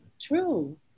true